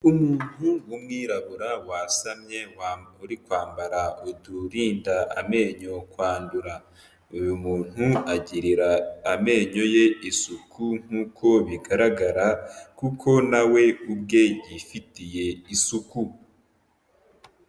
Umuntu w'umwirabura wasamye uri kwambara udurinda amenyo kwandura. Uyu muntu agirira amenyo ye isuku nk'uko bigaragara kuko na we ubwe yifitiye isuku.